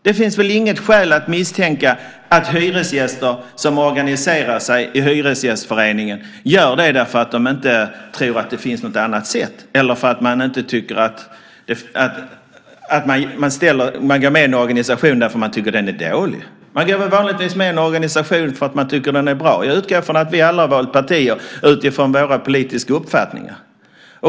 Det finns väl inget skäl att misstänka att hyresgäster som organiserar sig i Hyresgästföreningen gör det därför att de tror att det inte finns något annat sätt eller att man går med i en organisation därför att man tycker att den är dålig. Vanligtvis går man väl med i en organisation därför att man tycker att den är bra. Jag utgår ifrån att vi alla har valt parti utifrån våra politiska uppfattningar.